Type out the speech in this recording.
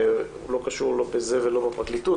הוא לא קשור לא בזה ולא בפרקליטות,